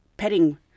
petting